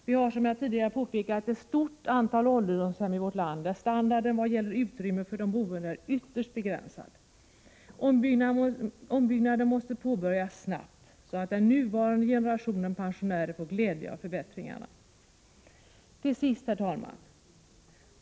Vi har, som jag tidigare påpekat, ett stort antal ålderdomshem i vårt land där standarden vad gäller utrymme för de boende är ytterst begränsad. Ombyggnaden måste påbörjas snabbt, så att den nuvarande generationen pensionärer får glädje av förbättringarna. Till sist, herr talman!